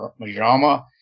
Majama